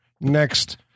next